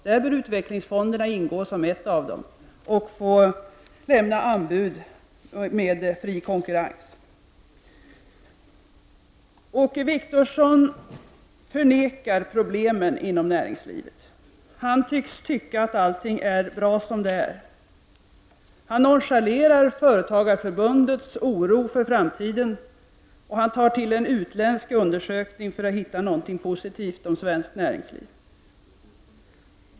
Där bör utvecklingsfonderna ingå som ett av företagen och få möjlighet att lämna anbud vid fri konkurrens. Åke Wictorsson förnekar problemen inom näringslivet. Han tycks mena att allting är bra som det är. Han nonchalerar Företagareförbundets oro för framtiden, och han tar till en utländsk undersökning för att hitta någonting positivt om svenskt näringsliv.